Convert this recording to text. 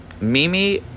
Mimi